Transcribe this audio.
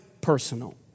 personal